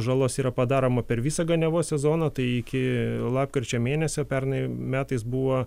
žalos yra padaroma per visą ganiavos sezoną tai iki lapkričio mėnesio pernai metais buvo